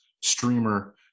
streamer